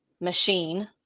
machine